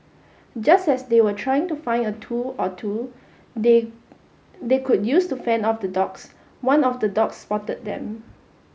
just as they were trying to find a tool or two they they could use to fend off the dogs one of the dogs spotted them